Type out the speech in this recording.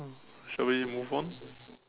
shall we move on